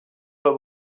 pas